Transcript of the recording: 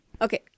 okay